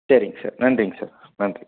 சேரிங்க சார் நன்றிங்க சார் நன்றி